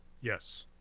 Yes